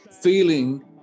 feeling